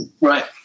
Right